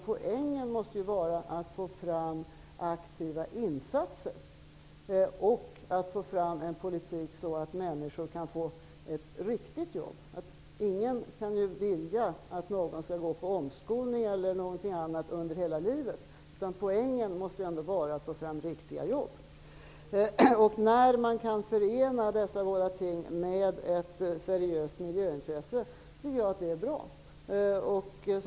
Poängen måste vara att få fram aktiva insatser och en politik som gör att människor kan få ett riktigt jobb. Ingen kan vilja att någon skall gå på omskolning hela livet. Poängen måste vara att få fram riktiga jobb. När man kan förena detta med ett seriöst miljöintresse tycker jag att det är bra.